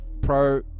Pro